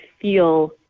feel